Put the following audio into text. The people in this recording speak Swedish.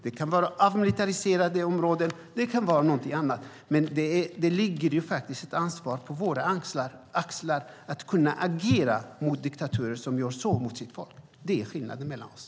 Det kan vara avmilitariserade områden. Det kan vara något annat. Men det vilar faktiskt ett ansvar på våra axlar att kunna agera mot diktaturer som gör så mot sitt folk. Det är skillnaden mellan oss.